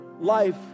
life